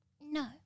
No